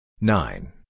nine